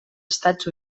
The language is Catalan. estats